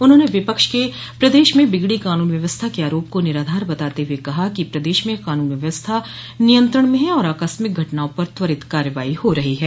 उन्होंने विपक्ष के प्रदेश में बिगड़ी कानून व्यवस्था के आरोप को निराधार बताते हुए कहा कि प्रदेश में कानून व्यवस्था नियंत्रण में हैं और आकस्मिक घटनाओं पर त्वरित कार्रवाई हो रही है